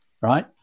right